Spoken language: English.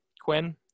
Quinn